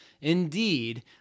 Indeed